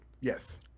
Yes